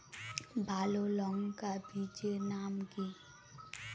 ভালো লঙ্কা বীজের নাম কি?